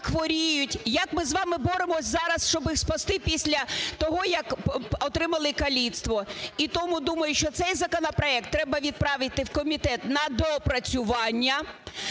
як хворіють, як ми з вами боремося зараз, щоб їх спасти після того, як отримали каліцтво. І тому, думаю, що цей законопроект треба відправити в комітет на доопрацювання,